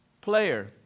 player